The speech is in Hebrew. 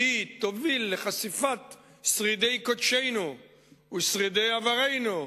תוביל לחשיפת שרידי קודשנו ושרידי עברנו,